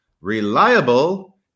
reliable